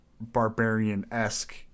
barbarian-esque